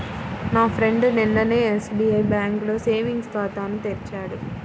నా ఫ్రెండు నిన్ననే ఎస్బిఐ బ్యేంకులో సేవింగ్స్ ఖాతాను తెరిచాడు